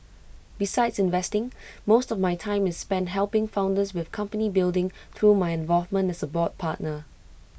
besides investing most of my time is spent helping founders with company building through my involvement as A board partner